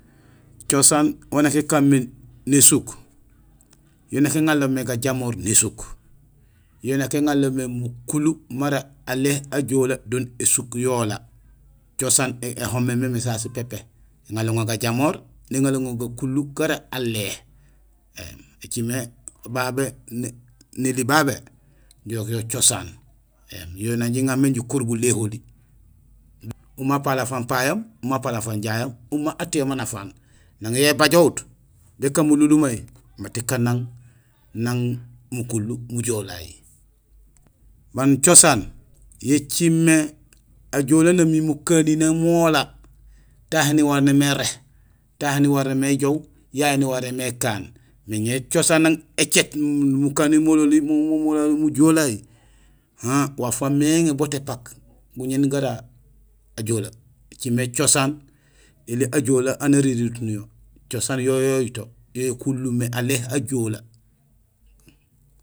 Cosaan wan nak ékaan mé nésuk, yo nak éŋanlomé gajamoor nésuk, yo nak éŋanlomé mukulu mara alé ajoola dun ésuk yola, cosaan éhoméén mémé sasu pépé. Ēŋanloŋaar gajamoor, néŋanloŋa gakulu gara alé. Ēcimé babé néli babé jirok yo cosaan; yo nak jiŋamé jokulu guléholi; umé apaal afaan payoom, umé apaal afaan jayoom, úma atiyoom anafaan. Nang yo ébajohut, békaan mulunlumeey, mat kaan nang mukulu mujoolay. Baan cosaan yo écilmé ajoolee nami mukanineey mola, tahé niwaréén mé iré, tahé niwaréén mé ijoow, yayé niwaréén mé ikaan. Mais nang cosaan écéét, mukaninay mololi mujooleey han waaf waméŋé boot épak guñéén gara ajoolee. Ēcimé cosaan éli ajoolee aan arérihut niyo; cosaan yo yo uyuto yo yékulumé alé ajoolee.